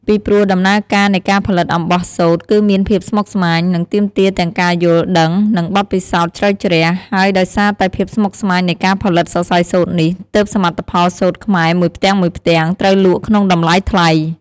ពីព្រោះដំណើរការនៃការផលិតអំបោះសូត្រគឺមានភាពស្មុគស្មាញ និងទាមទារទាំងការយល់ ដឹង និងបទពិសោធន៍ជ្រៅជ្រះ ហើយដោយសារតែភាពស្មុគស្មាញនៃការផលិតសសៃសូត្រនេះ ទើបសមិទ្ធផលសូត្រខ្មែរមួយផ្ទាំងៗត្រូវលក់ក្នុងតម្លៃថ្លៃ។